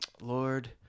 Lord